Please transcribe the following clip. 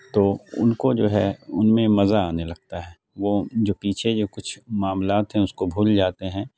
تو ان کو جو ہے ان میں مزہ آنے لگتا ہے وہ جو پیچھے جو کچھ معاملات ہیں اس کو بھول جاتے ہیں